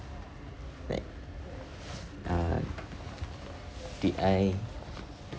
like uh did I